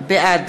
בעד